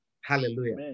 Hallelujah